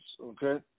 okay